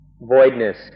Voidness